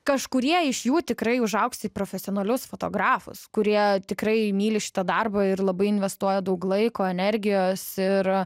kažkurie iš jų tikrai užaugs į profesionalius fotografus kurie tikrai myli šitą darbą ir labai investuoja daug laiko energijos ir